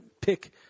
pick –